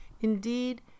indeed